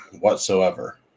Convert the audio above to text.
whatsoever